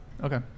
okay